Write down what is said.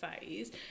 phase